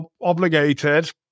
obligated